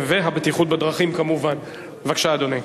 והבטיחות בדרכים, כמובן, בבקשה, אדוני.